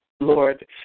Lord